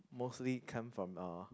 mostly come from uh